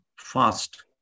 fast